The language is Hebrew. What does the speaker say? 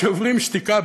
"שוברים שתיקה",